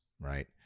Right